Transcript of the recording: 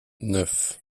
neuf